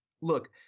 look –